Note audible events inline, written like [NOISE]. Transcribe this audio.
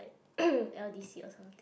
[COUGHS] l_d_c or something